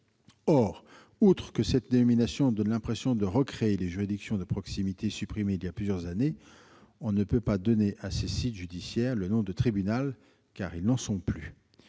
Or, outre que cette dénomination donne l'impression de recréer les juridictions de proximité supprimées depuis plusieurs années, on ne peut pas donner à ces sites judiciaires le nom de « tribunal », car ils n'en sont plus.